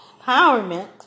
empowerment